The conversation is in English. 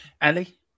Ellie